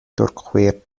durchquert